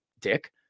dick